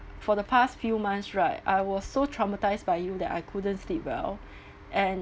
for the past few months right I was so traumatised by you that I couldn't sleep well and